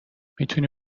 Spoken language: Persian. میتونی